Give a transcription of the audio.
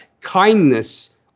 kindness